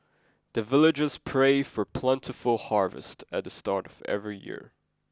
the villagers pray for plentiful harvest at the start of every year